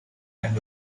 and